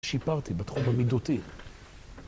שיפרתי בתחום המידותי